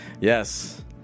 Yes